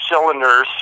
cylinders